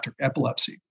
epilepsy